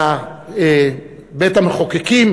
לבית-המחוקקים.